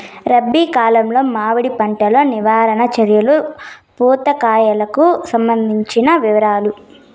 రబి కాలంలో మామిడి పంట లో నివారణ చర్యలు పూత కాయలకు సంబంధించిన వివరాలు?